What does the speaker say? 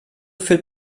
führt